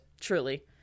Truly